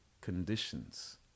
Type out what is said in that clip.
conditions